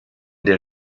der